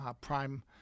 prime